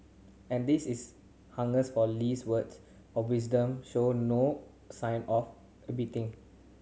and this is hungers for Lee's words of wisdom show no sign of abating